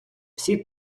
всі